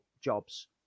jobs